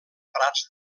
prats